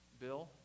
Bill